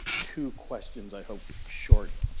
two questions, i hope short.